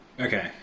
Okay